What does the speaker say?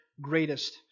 greatest